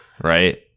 right